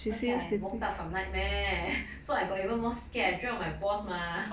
而且我 woke up from nightmare so I got even more scared I dreamt of my boss mah